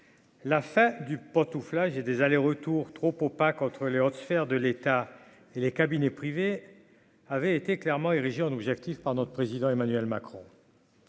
la fin du pantouflage des allers-retours trop opaque entre les hautes sphères de l'État et les cabinets privés avaient été clairement érigée en objectif par notre président, Emmanuel Macron.